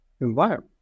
environment